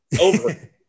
over